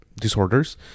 disorders